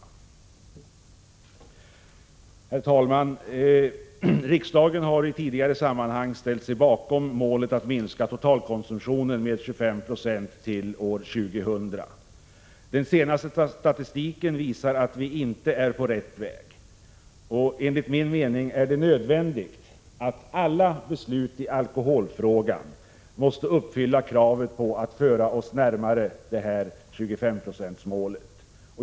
Herr talman! Riksdagen har tidigare ställt sig bakom målet att minska totalkonsumtionen med 25 96 till år 2000. Den senaste statistiken visar att vi inte är på rätt väg, och enligt min mening är det nödvändigt att alla beslut i alkoholfrågan uppfyller kravet på att föra oss närmare 25-procentsmålet.